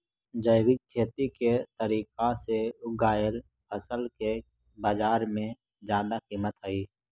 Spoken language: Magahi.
जैविक खेती के तरीका से उगाएल फसल के बाजार में जादा कीमत हई